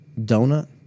donut